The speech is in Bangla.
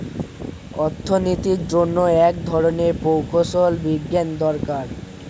অর্থনীতির জন্য এক ধরনের প্রকৌশল বিজ্ঞান দরকার